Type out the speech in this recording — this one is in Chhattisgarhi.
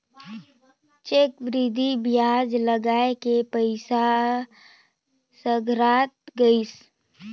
चक्रबृद्धि बियाज लगाय के पइसा संघरात गइस